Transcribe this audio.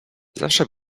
zawsze